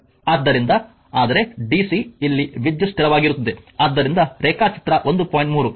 ಆದ್ದರಿಂದ ಆದರೆ ಡಿಸಿ ಇಲ್ಲಿ ವಿದ್ಯುತ್ ಸ್ಥಿರವಾಗಿರುತ್ತದೆ ಆದ್ದರಿಂದ ರೇಖಾಚಿತ್ರ 1